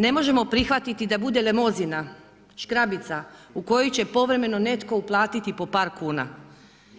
Ne možemo prihvatiti da bude lemozina, škrabica u koju će povremeno netko uplatiti po par kuna